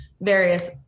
various